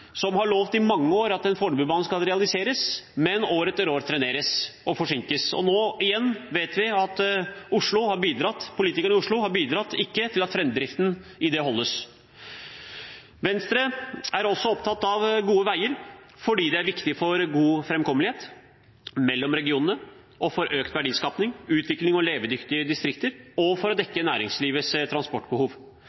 i mange år har lovet at Fornebubanen skal realiseres, mens man ser at det år etter år treneres og forsinkes. Nå – igjen – vet vi at politikerne i Oslo ikke har bidratt til at framdriften holdes. Venstre er også opptatt av gode veier fordi det er viktig for god framkommelighet mellom regionene og for økt verdiskaping, utvikling og levedyktige distrikter og for å